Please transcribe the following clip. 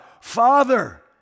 Father